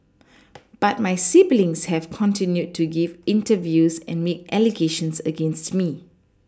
but my siblings have continued to give interviews and make allegations against me